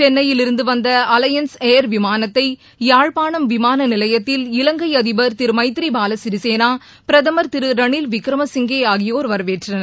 சென்னையில் இருந்து வந்த அவையன்ஸ் ஏர் விமானத்தை யாழ்பாணம் விமான நிலையத்தில் இலங்கை அதிபர் திரு எமத்ரி பாலசிநிசேனா பிரதமர் திரு ரணில் விக்ரமசிங்கே ஆகியோர் வரவேற்றனர்